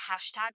hashtag